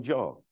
Job